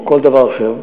או כל דבר אחר.